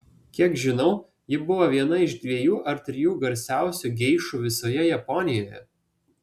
kiek žinau ji buvo viena iš dviejų ar trijų garsiausių geišų visoje japonijoje